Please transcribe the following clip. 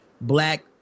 black